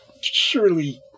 surely